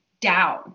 down